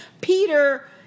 Peter